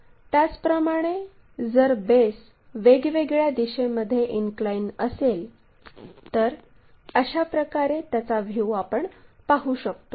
त्याचप्रमाणे जर बेस वेगवेगळ्या दिशेमध्ये इनक्लाइन असेल तर अशाप्रकारे त्याचा व्ह्यू आपण पाहू शकतो